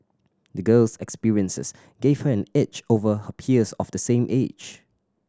the girl's experiences gave her an edge over her peers of the same age